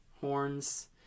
horns